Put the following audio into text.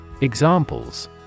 Examples